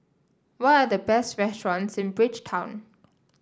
what are the best restaurants in Bridgetown